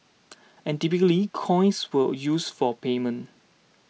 and typically coins were used for payment